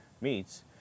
meets